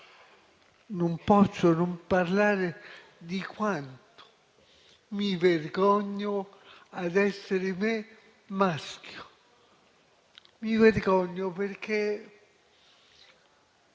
non poter parlare di quanto mi vergogni di essere me, maschio. Mi vergogno perché